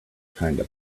kinda